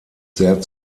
sehr